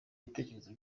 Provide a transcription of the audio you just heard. ibitekerezo